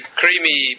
creamy